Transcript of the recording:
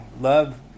Love